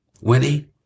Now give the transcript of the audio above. Winnie